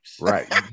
Right